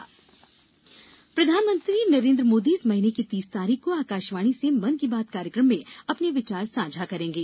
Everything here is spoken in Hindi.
मन की बात प्रधानमंत्री नरेन्द्र मोदी इस महीने की तीस तारीख को आकाशवाणी से मन की बात कार्यक्रम में अपने विचार साझा करेंगे